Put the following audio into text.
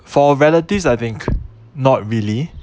for relatives I think not really